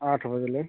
आठ बजे